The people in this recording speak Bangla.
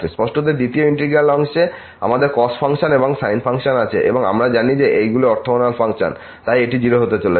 স্পষ্টতই দ্বিতীয় ইন্টিগ্র্যাল অংশে আমাদের cos ফাংশন এবং সাইন ফাংশন আছে এবং আমরা জানি যে এইগুলি অর্থগোনাল ফাংশন তাই এটি 0 হতে চলেছে